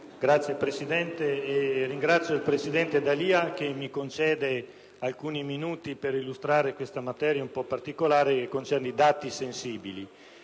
Signor Presidente, ringrazio il presidente D'Alia, che mi concede alcuni minuti per illustrare questa materia un po' particolare, che concerne i dati sensibili.